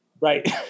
Right